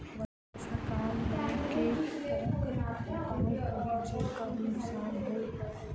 वर्षा काल मे केँ तरहक व्यापार करि जे कम नुकसान होइ?